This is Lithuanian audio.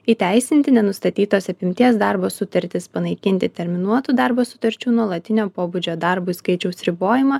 įteisinti nenustatytos apimties darbo sutartis panaikinti terminuotų darbo sutarčių nuolatinio pobūdžio darbui skaičiaus ribojimą